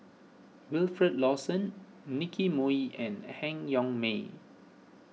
Wilfed Lawson Nicky Moey and Han Yong May